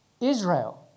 Israel